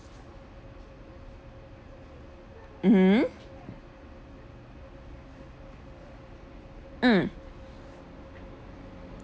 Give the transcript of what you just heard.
mmhmm mm